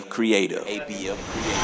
Creative